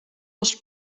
was